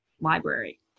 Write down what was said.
library